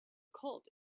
cult